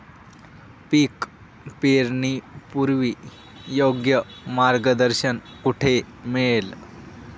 पीक पेरणीपूर्व योग्य मार्गदर्शन कुठे मिळेल?